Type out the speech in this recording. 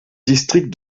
district